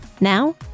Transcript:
Now